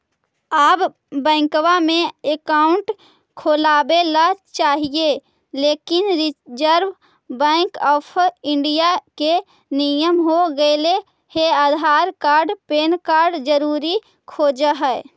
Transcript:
आब बैंकवा मे अकाउंट खोलावे ल चाहिए लेकिन रिजर्व बैंक ऑफ़र इंडिया के नियम हो गेले हे आधार कार्ड पैन कार्ड जरूरी खोज है?